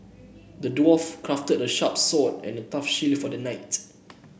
the dwarf crafted a sharp sword and a tough shield for the knight